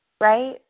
right